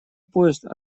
поезд